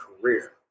career